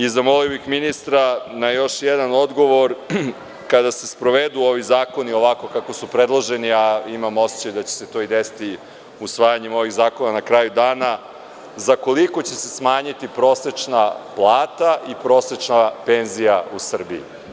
Zamolio bih ministra za još jedan odgovor, kada se sprovedu ovi zakoni, ovako kako su predloženi, a imam osećaj da će se to i desiti usvajanjem ovih zakona na kraju dana, za koliko će se smanjiti prosečna plata i prosečna penzija u Srbiji?